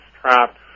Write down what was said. trapped